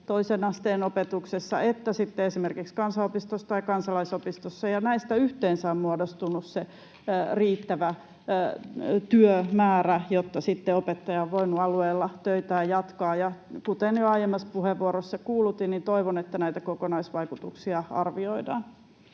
toisen asteen opetuksessa että sitten esimerkiksi kansan-opistossa tai kansalaisopistossa. Näistä yhteensä on muodostunut se riittävä työmäärä, jotta sitten opettaja on voinut alueella töitään jatkaa. Ja kuten jo aiemmassa puheenvuorossani kuulutin, toivon, että näitä kokonaisvaikutuksia arvioidaan.